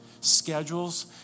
Schedules